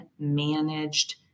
managed